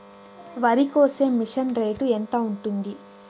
వరికోసే machine rate ఎంత ఉంటుంది?